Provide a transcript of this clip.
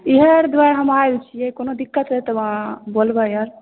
ईहए आर दुआरे हम आएल छियै कोनो दिक्कत होएत तऽ बोलबै आर